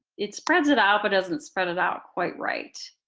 it spreads it out but doesn't spread it out quite right.